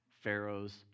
Pharaoh's